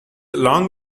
long